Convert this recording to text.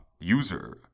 user